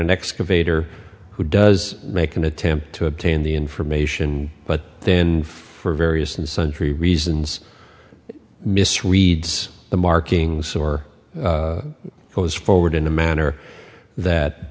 an excavator who does make an attempt to obtain the information but then for various and sundry reasons misreads the markings or goes forward in a manner that